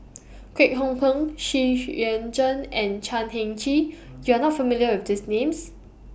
Kwek Hong Png Xu Yuan Zhen and Chan Heng Chee YOU Are not familiar with These Names